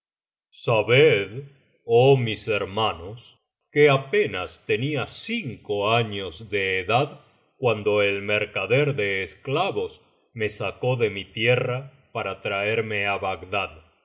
sabed oh mis hermanos que apenas tenía cinco años de edad cuando el mercader de esclavos me sacó de mi tierra para traerme á bagdad